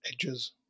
edges